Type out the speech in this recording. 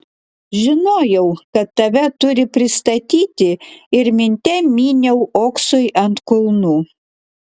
žinojau kad tave turi pristatyti ir minte myniau oksui ant kulnų